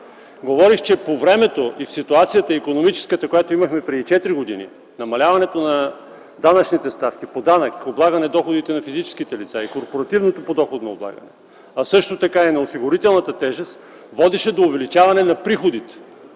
Говорих, че времето и икономическата ситуация, която имахме преди четири години, намаляването на данъчните ставки по данък, облагане доходите на физическите лица, корпоративното подоходно облагане, а също така и на осигурителната тежест, водеше до увеличаване на приходите.